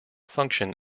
function